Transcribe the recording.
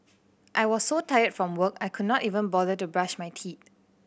I was so tired from work I could not even bother to brush my teeth